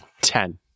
Ten